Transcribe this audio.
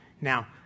Now